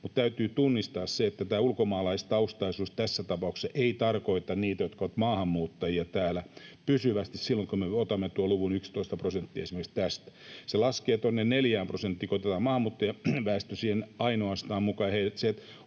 Mutta täytyy tunnistaa se, että tämä ulkomaalaistaustaisuus tässä tapauksessa ei tarkoita niitä, jotka ovat täällä pysyvästi maahanmuuttajia, silloin kun me otamme tuon luvun 11 prosenttia esimerkiksi tästä. Se laskee 4 prosenttiin, kun otetaan ainoastaan maahanmuuttajaväestö siihen mukaan.